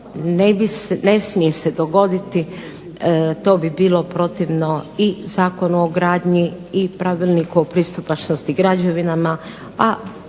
ne smije se dogoditi, to bi bilo protivno i Zakonu o gradnji i Pravilniku o pristupačnosti građevinama,